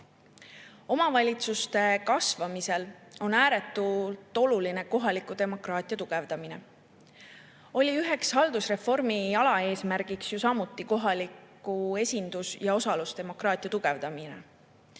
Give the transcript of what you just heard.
veelgi. Omavalitsuste kasvamisel on ääretult oluline kohaliku demokraatia tugevdamine. Üheks haldusreformi alaeesmärgiks oli ju samuti kohaliku esindus‑ ja osalusdemokraatia tugevdamine